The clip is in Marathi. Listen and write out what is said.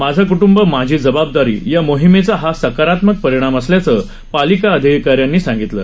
माझं कुटुंब माझी जबाबदारी या मोहिमेचा हा सकारात्मक परिणाम असल्याचं पालिका अधिकाऱ्यांनी सांगितलं